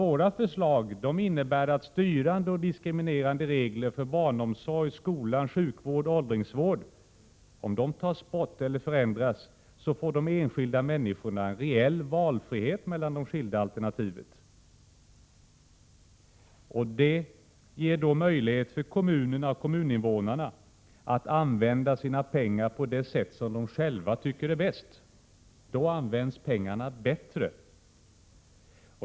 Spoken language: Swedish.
Våra förslag innebär faktiskt, att om styrande och diskriminerande regler för barnomsorg, skola, sjukvård och åldringsvård tas bort eller förändras, får de enskilda människorna en reell valfrihet mellan de skilda alternativen. Det ger då möjlighet för kommunerna och kommuninvånarna att använda sina pengar på det sätt som de själva tycker är bäst. Då används pengarna bättre.